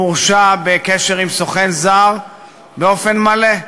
הוא הורשע בקשר עם סוכן זר באופן מלא.